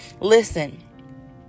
listen